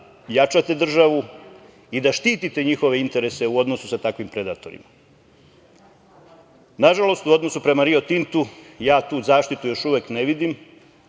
jačate državu i da štitite njihove interese u odnosu sa takvim predatorima. Nažalost, u odnosu prema „Rio Tintu“ ja tu zaštitu još uvek ne vidim,